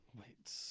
Wait